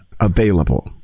available